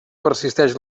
persisteix